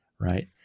Right